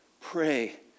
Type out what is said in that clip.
pray